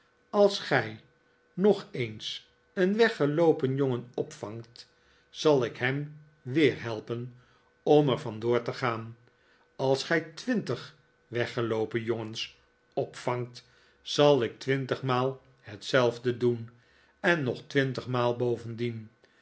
als gij nog eens een weggeloopen jongen opvangt zal ik hem weer helpen om er vandoor te gaan als gij twintig weggeloopen jongens opvangt zal ik twintigmaal hetzelfde doen en nog twintigmaal bovendien